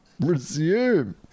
Resume